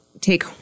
take